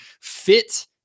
fit